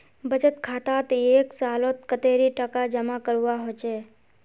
बचत खातात एक सालोत कतेरी टका जमा करवा होचए?